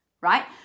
right